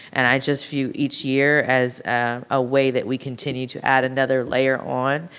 and i just view each year as a way that we continue to add another layer on.